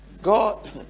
god